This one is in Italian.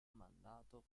mandato